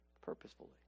Purposefully